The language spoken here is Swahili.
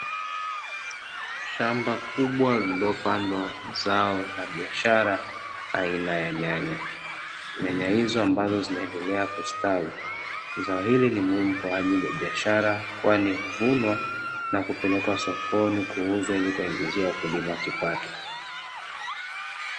Shamba kubwa lililopandwa zao za biashara aina ya nyanya. Nyanya hizo ambazo zinaendelea kustawi. Zao hili ni muhimu kwa ajili ya biashara kwani huvunwa na kupelekwa sokoni kuuzwa ili kuwaingizia wakulima kipato.